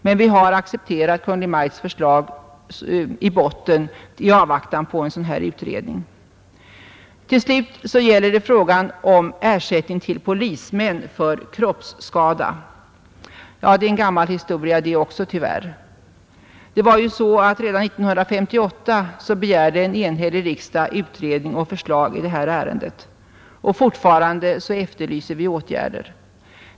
Men vi har accepterat Kungl. Maj:ts förslag i botten i avvaktan på en sådan utredning. Till slut gäller det frågan om ersättning till polismän för kroppsskada. Det är en gammal historia det också, tyvärr. Redan 1958 begärde en enhällig riksdag utredning och förslag i detta ärende, och fortfarande efterlyser vi åtgärder.